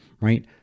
right